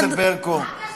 מה הקשר?